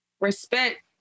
respect